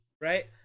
Right